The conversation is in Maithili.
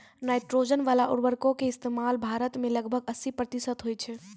नाइट्रोजन बाला उर्वरको के इस्तेमाल भारत मे लगभग अस्सी प्रतिशत होय छै